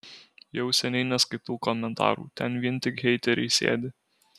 jau seniai neskaitau komentarų ten vien tik heiteriai sėdi